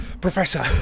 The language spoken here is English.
Professor